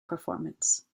performance